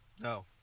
no